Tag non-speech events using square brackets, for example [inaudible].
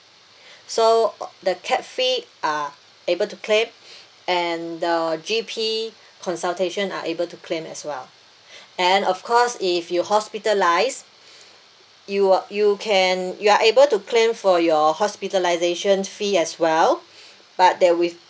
so uh the cab fee are able to claim [breath] and the G_P consultation are able to claim as well and of course if you hospitalised you work you care and you are able to claim for your hospitalisation fee as well but there with